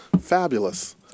fabulous